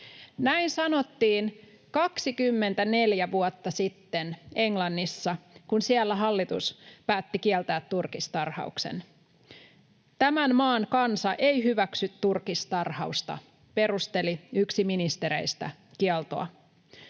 Näin sanottiin 24 vuotta sitten Englannissa, kun siellä hallitus päätti kieltää turkistarhauksen. ”Tämän maan kansa ei hyväksy turkistarhausta”, perusteli yksi ministereistä kieltoa.